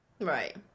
Right